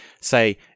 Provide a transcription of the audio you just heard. say